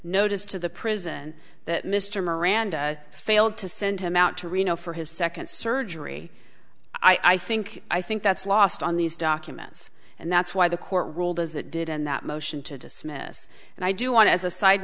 notice to the prison that mr miranda failed to send him out to reno for his second surgery i think i think that's lost on these documents and that's why the court ruled as it did in that motion to dismiss and i do want to as a side